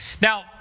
Now